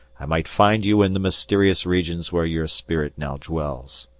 i might find you in the mysterious regions where your spirit now dwells.